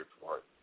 report